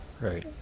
Right